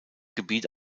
gebiet